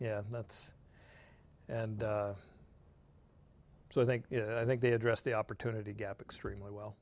yeah that's and so i think i think they addressed the opportunity gap extremely well